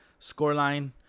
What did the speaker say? scoreline